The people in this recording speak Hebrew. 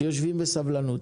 שיושבים בסבלנות,